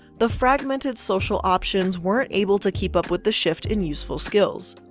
the fragmented social options weren't able to keep up with the shift in useful skills.